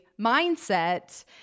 mindset